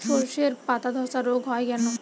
শর্ষের পাতাধসা রোগ হয় কেন?